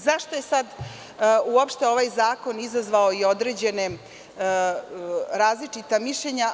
Zašto je uopšte ovaj zakon izazvao određena različita mišljenja?